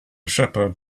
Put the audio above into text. shepherd